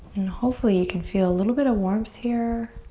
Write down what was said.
and hopefully you can feel a little bit of warmth here.